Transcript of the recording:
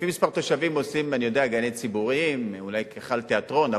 לפי מספר תושבים עושים גנים ציבוריים ואולי היכל תיאטרון,